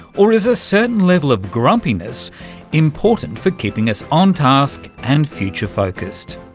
or is a certain level of grumpiness important for keeping us on-task and future focussed?